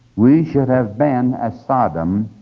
we should have been as sodom,